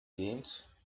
games